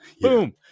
Boom